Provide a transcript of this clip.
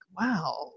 wow